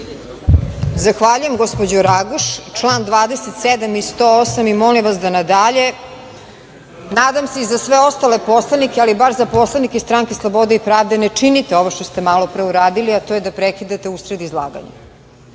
Zahvaljujem, gospođo Raguš član 27. i član 108. i molim vas da na dalje, nadam se i za sve ostale poslanike, ali bar za poslanike iz stranke Slobode i pravde ne činite ovo što ste malopre uradili, a to je da prekidate usred izlaganja.